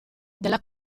della